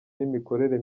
n’imikorere